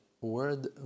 word